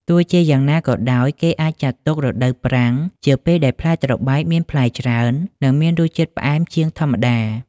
ទោះជាយ៉ាងណាក៏ដោយ គេអាចចាត់ទុក រដូវប្រាំង ជាពេលដែលផ្លែត្របែកមានផ្លែច្រើន និងមានរសជាតិផ្អែមជាងធម្មតា។